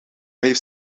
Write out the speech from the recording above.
heeft